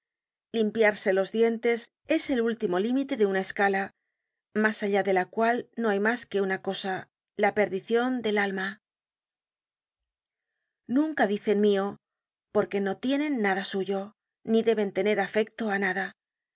limpiarse los dientes es el último límite de una escala mas allá de la cual no hay mas que una cosa la perdicion del alma content from google book search generated at nunca dicen mio porque no tienen nada suyo ni deben tener afecto á nada